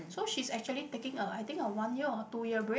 so she's actually taking a I think one year or two year break